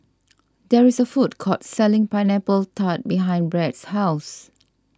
there is a food court selling Pineapple Tart behind Brad's house